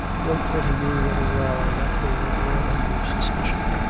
wrote that he knew very well that they were all under suspicion,